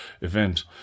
Event